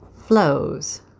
flows